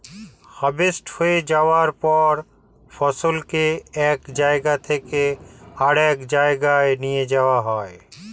harvest হয়ে যাওয়ার পর ফসলকে এক জায়গা থেকে আরেক জায়গায় নিয়ে যাওয়া হয়